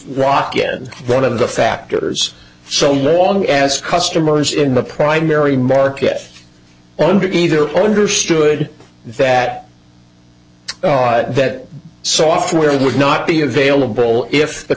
walk in one of the factors so long as customers in the primary market under either understood that that software would not be available if the